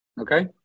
Okay